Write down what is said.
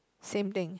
same thing